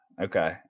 Okay